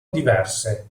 diverse